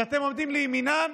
שאתם עומדים לימינם,